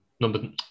number